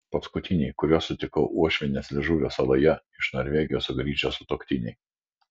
paskutiniai kuriuos sutikau uošvienės liežuvio saloje iš norvegijos sugrįžę sutuoktiniai